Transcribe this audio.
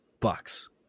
Bucks